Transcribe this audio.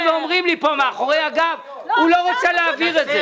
ואומרים לי פה מאחורי הגב: הוא לא רוצה להעביר את זה.